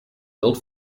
built